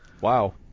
Wow